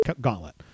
gauntlet